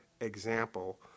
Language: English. example